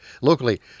Locally